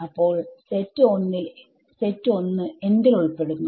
അപ്പോൾ സെറ്റ്1 എന്തിൽ ഉൾപ്പെടുന്നു